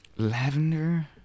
Lavender